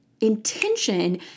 intention